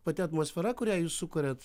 pati atmosfera kurią jūs sukuriat